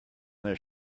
their